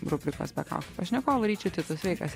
rubrikos be kaukių pašnekovu ryčiu titu sveikas